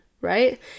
right